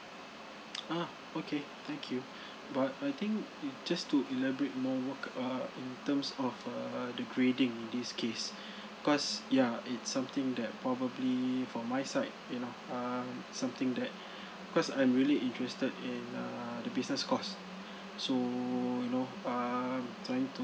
ah okay thank you but I think it just to elaborate more what uh in terms of err the grading in this case cause ya it's something that probably for my side you know um something that because I'm really interested in err the business course so you know I'm trying to